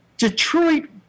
Detroit